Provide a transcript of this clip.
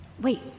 Wait